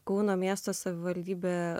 kauno miesto savivaldybė